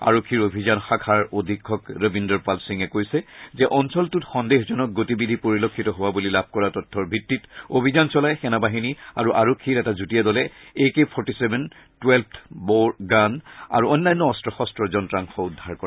আৰক্ষীৰ অভিযান শাখাৰ অধীক্ষক ৰবীন্দৰ পাল সিঙে কৈছে যে অঞ্চলটোত সন্দেহজনক গতি বিধি পৰিলক্ষিত হোৱা বুলি লাভ কৰা তথ্যৰ ভিত্তিত অভিযান চলাই সেনাবাহিনী আৰু আৰক্ষীৰ এটা যুটীয়া দলে A K forty seven twelve bore gun আৰু অন্যান্য অস্ত্ৰ শস্ত্ৰৰ যন্ত্ৰাংশ উদ্ধাৰ কৰে